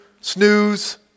Snooze